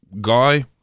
guy